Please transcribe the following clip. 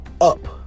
up